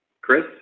Chris